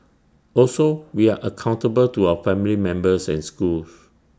also we are accountable to our family members and school